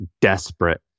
desperate